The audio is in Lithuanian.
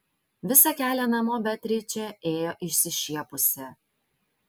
visą kelią namo beatričė ėjo išsišiepusi